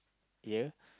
here